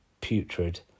putrid